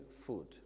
food